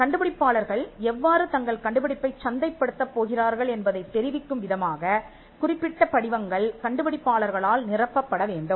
கண்டுபிடிப்பாளர்கள் எவ்வாறு தங்கள் கண்டுபிடிப்பைச் சந்தைப்படுத்தப் போகிறார்கள் என்பதைத் தெரிவிக்கும் விதமாகக் குறிப்பிட்ட படிவங்கள் கண்டுபிடிப்பாளர்களால் நிரப்பப்பட வேண்டும்